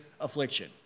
affliction